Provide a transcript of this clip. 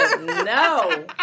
No